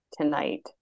tonight